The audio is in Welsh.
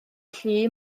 llu